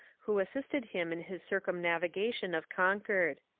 who assisted him in his circumnavigation of concord.